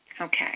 Okay